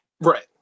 Right